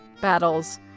battles